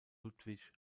ludwig